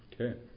Okay